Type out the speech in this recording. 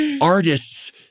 artists